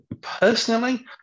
Personally